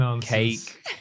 cake